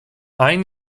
ein